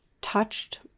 touched